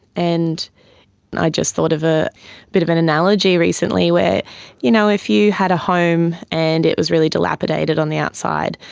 and and i just thought of a bit of an analogy recently where you know if you had a home and it was really dilapidated on the outside,